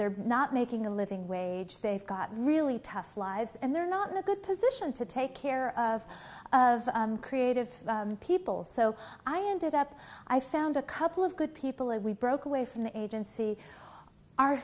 they're not making a living wage they've got really tough lives and they're not in a good position to take care of creative people so i ended up i found a couple of good people and we broke away from the agency o